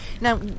Now